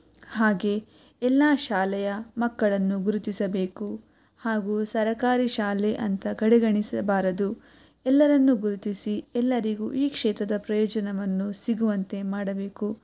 ಹಾಗೇ ಎಲ್ಲ ಶಾಲೆಯ ಮಕ್ಕಳನ್ನು ಗುರುತಿಸಬೇಕು ಹಾಗೂ ಸರಕಾರಿ ಶಾಲೆ ಅಂತ ಕಡೆಗಣಿಸಬಾರದು ಎಲ್ಲರನ್ನು ಗುರುತಿಸಿ ಎಲ್ಲರಿಗೂ ಈ ಕ್ಷೇತ್ರದ ಪ್ರಯೋಜನವನ್ನು ಸಿಗುವಂತೆ ಮಾಡಬೇಕು